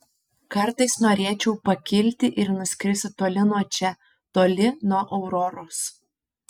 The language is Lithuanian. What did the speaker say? kartais norėčiau pakilti ir nuskristi toli nuo čia toli nuo auroros